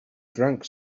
drank